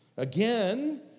Again